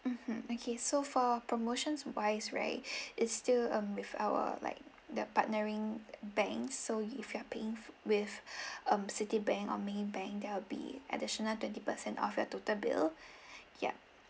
mmhmm okay so for promotions wise right it's still um with our like the partnering bank so if you're paying with um Citibank or Maybank there will be additional twenty percent off your total bill yup